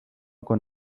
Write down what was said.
con